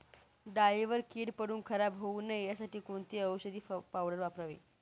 डाळीवर कीड पडून खराब होऊ नये यासाठी कोणती औषधी पावडर वापरावी?